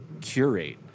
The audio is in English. curate